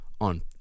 on